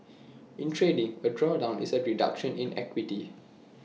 in trading A drawdown is A reduction in equity